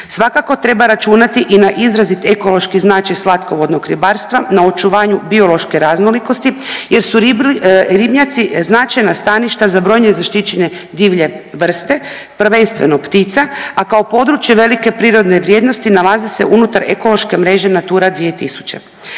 Svakako treba računati i na izrazit ekološki značaj slatkovodnog ribarstva, na očuvanju biološke raznolikosti jer su ribnjaci značajna staništa za brojne zaštićene divlje vrste, prvenstveno ptice, a kao područje velike prirodne vrijednosti nalazi se unutar ekološke mreže Natura 2000.